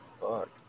Fuck